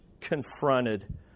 confronted